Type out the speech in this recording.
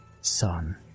son